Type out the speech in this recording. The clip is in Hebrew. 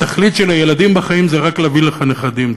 התכלית של הילדים בחיים זה רק להביא לך נכדים,